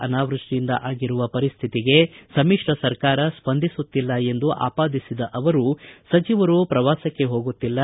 ಅನಾವೃಷ್ಷಿಯಿಂದ ಆಗಿರುವ ಪರಿಸ್ತಿತಿಗೆ ಸಮಿಶ್ರ ಸರ್ಕಾರ ಸ್ವಂದಿಸುತ್ತಿಲ್ಲ ಎಂದು ಆಪಾದಿಸಿದ ಅವರು ಸಚಿವರು ಪ್ರವಾಸಕ್ಕೆ ಹೋಗುತ್ತಿಲ್ಲ